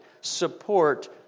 support